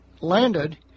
landed